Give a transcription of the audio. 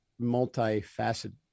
multifaceted